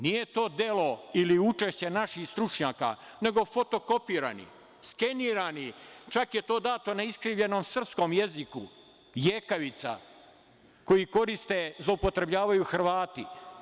Nije to delo ili učešće naših stručnjaka, nego fotokopirani, skenirani, čak je to dato na iskrivljenom srpskom jeziku, jekavica, koji koriste, zloupotrebljavaju Hrvati.